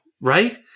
Right